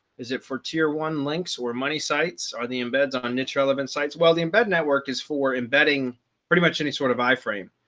is it for tier one links or money sites or the embeds on niche relevant sites? well, the embed network is for embedding pretty much any sort of iframe.